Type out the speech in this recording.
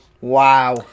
wow